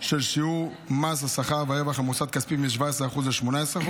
של שיעור מס השכר והרווח על מוסד כספי מ-17% ל-18%.